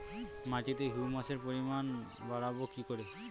মাটিতে হিউমাসের পরিমাণ বারবো কি করে?